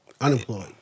Unemployed